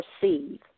perceive